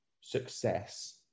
success